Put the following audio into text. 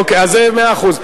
אוקיי, אז מאה אחוז.